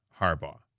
Harbaugh